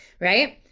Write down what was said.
right